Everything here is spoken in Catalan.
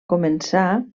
començar